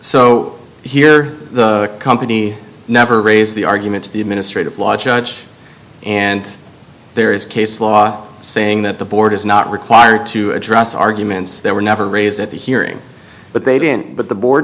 so here the company never raised the argument to the administrative law judge and there is case law saying that the board is not required to address arguments that were never raised at the hearing but they didn't but the board